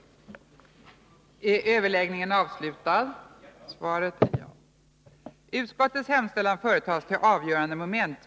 Överläggningen var härmed avslutad.